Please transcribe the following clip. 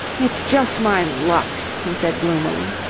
it's just my luck, he said gloomily.